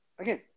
Again